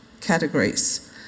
categories